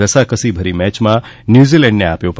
રસાકસી ભરી મેચમાં ન્યુઝીલેન્ડને આપ્યો પરાજય